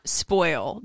spoil